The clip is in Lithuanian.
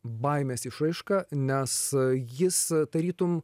baimės išraiška nes jis tarytum